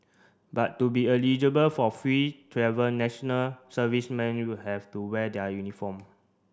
but to be eligible for free travel national servicemen you will have to wear their uniform